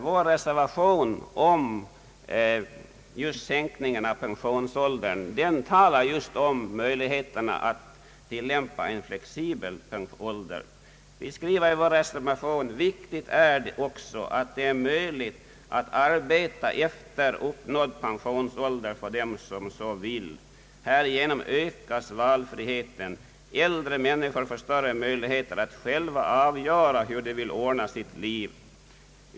Vår reservation om sänkning av pensionsåldern talar just om möjligheterna att tillämpa en flexibel pensionsålder. Vi skriver i vår reservation: »Viktigt är också att det blir möjligt att arbeta efter uppnådd pensionsålder för dem som så vill. Härigenom ökas valfriheten, äldre mäniskor får större möjligheter att själva avgöra hur de vill ordna sitt liv.